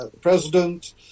president